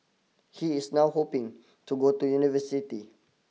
he is now hoping to go to university